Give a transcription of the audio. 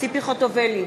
ציפי חוטובלי,